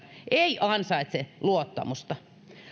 ei ansaitse luottamusta